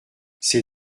ces